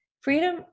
freedom